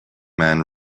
man